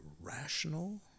rational